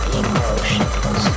emotions